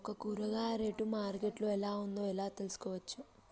ఒక కూరగాయ rate market లో ఎలా ఉందో ఎలా తెలుసుకోవచ్చు?